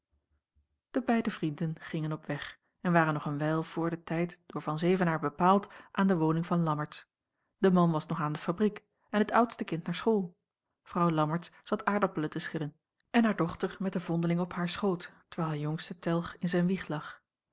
de beide vrienden gingen op weg en waren nog een wijl voor den tijd door van zevenaer bepaald aan de woning van lammertsz de man was nog aan de fabriek en het oudste kind naar school vrouw lammertsz zat aardappelen te schillen en haar dochter met de vondeling op haar schoot terwijl haar jongste telg in zijn wieg lag